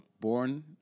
born